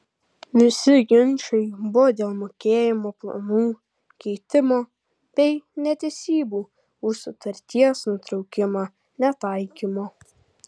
visi ginčai buvo dėl mokėjimo planų keitimo bei netesybų už sutarties nutraukimą netaikymo